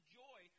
joy